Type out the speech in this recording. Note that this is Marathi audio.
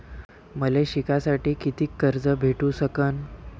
मले शिकासाठी कितीक कर्ज भेटू सकन?